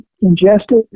ingested